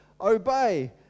obey